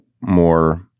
more